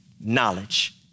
Knowledge